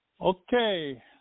Okay